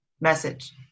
message